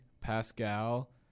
Pascal